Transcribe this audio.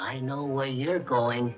i know why you're going